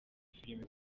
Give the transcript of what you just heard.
filime